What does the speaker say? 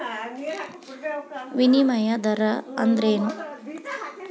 ವಿನಿಮಯ ದರ ಅಂದ್ರೇನು?